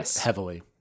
heavily